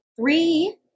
three